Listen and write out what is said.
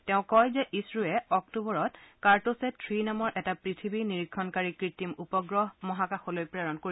তেওঁ কয় যে ইছৰোৱে অক্টোবৰত কাৰ্ট ছেট থ্ৰী নামৰ এটা পথিৱী নিৰীক্ষণকাৰী কৃত্ৰিম উপগ্ৰহ মহাকাশলৈ প্ৰেৰণ কৰিব